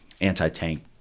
anti-tank